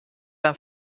ben